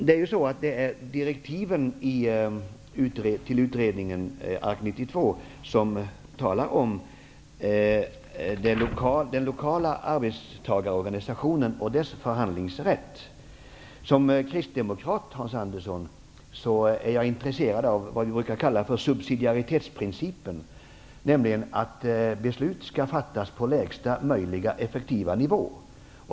Det är ju i direktiven till utredningen, ARK 92, som det talas om den lokala arbetstagarorganisationen och dess förhandlingsrätt. Som kristdemokrat, Hans Andersson, är jag intresserad av det som vi brukar kalla subsidiaritetsprincipen: att beslut skall fattas på lägsta möjliga effektiva nivå.